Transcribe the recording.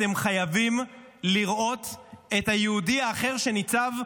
אתם חייבים לראות את היהודי האחר שניצב,